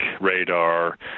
radar